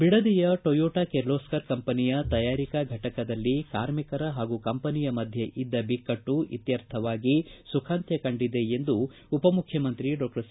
ಬಿಡದಿಯ Toyota Kirloskar ಕಂಪನಿಯ ತಯಾರಿಕಾ ಫಟಕದಲ್ಲಿ ಕಾರ್ಮಿಕರ ಹಾಗೂ ಕಂಪನಿಯ ಮಧ್ಯೆ ಇದ್ದ ಬಿಕಟ್ಟು ಇತ್ತರ್ಥವಾಗಿ ಸುಖಾಂತ್ಯ ಕಂಡಿದೆ ಎಂದು ಉಪಮುಖ್ಯಮಂತ್ರಿ ಡಾಕ್ಟರ್ ಸಿ